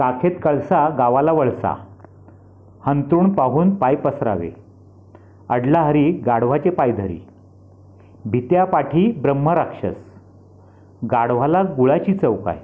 काखेत कळसा गावाला वळसा अंथरुण पाहून पाय पसरावे अडला हरी गाढवाचे पाय धरी भित्या पाठी ब्रह्मराक्षस गाढवाला गुळाची चव काय